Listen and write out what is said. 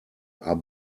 are